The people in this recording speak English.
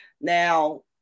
now